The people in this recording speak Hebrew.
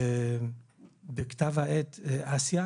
שנכתבו בכתב העת "אסיה",